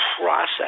process